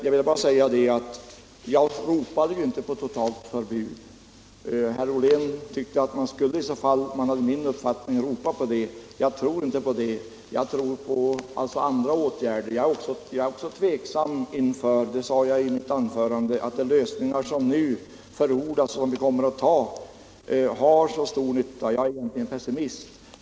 Jag vill påpeka att jag inte ropade på totalt förbud. Herr Ollén tyckte att den som har min uppfattning borde göra det. Jag tror inte på det. Jag tror på andra åtgärder. Jag ställer mig också tveksam till — det sade jag i mitt anförande — att de lösningar som nu förordas och som vi kommer att fatta beslut om har så stor nytta. Jag är egentligen pessimist.